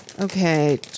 Okay